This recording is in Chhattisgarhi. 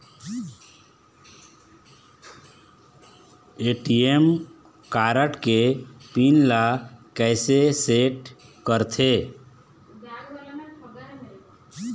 ए.टी.एम कारड के पिन ला कैसे सेट करथे?